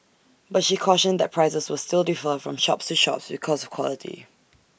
but she cautioned that prices will still defer from shops to shops because of quality